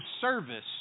service